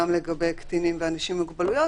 גם לגבי קטינים ואנשים עם מוגבלויות,